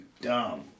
dumb